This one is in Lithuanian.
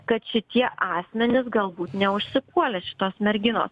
kad šitie asmenys galbūt neužsipuolė šitos merginos